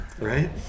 Right